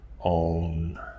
own